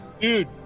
Dude